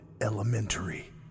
Elementary